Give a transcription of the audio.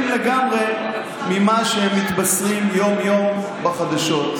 לגמרי ממה שמתבשרים יום-יום בחדשות.